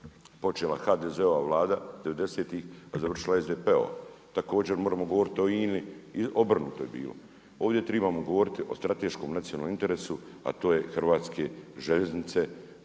počela HDZ-ova Vlada devedesetih, a završila SDP-ova. Također moramo govoriti o INI i obrnuto je bilo. Ovdje trebamo ogovoriti o strateškom nacionalnom interesu, a to je hrvatske željeznice